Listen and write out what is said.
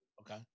Okay